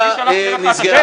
אני שלחתי אליך?